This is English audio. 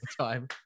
time